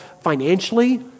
financially